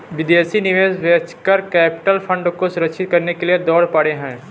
विदेशी निवेशक venture capital fund को सुरक्षित करने के लिए दौड़ पड़े हैं